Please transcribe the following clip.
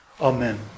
Amen